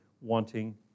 wanting